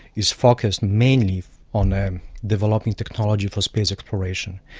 is focused mainly on and developing technology for space exploration.